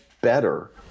better